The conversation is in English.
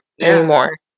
anymore